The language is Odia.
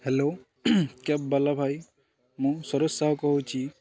ହ୍ୟାଲୋ କ୍ୟାବ୍ବାଲା ଭାଇ ମୁଁ ସରୋଜ ସାହୁ କହୁଛି